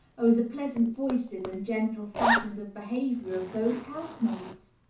oh, the pleasant voices and gentle fashions of behavior of those housemaids!